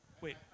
wait